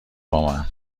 بامن